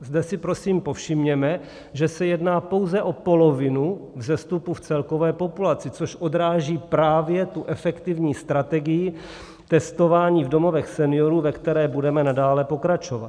Zde si prosím povšimněme, že se jedná pouze o polovinu vzestupu v celkové populaci, což odráží právě tu efektivní strategii testování v domovech seniorů, ve které budeme nadále pokračovat.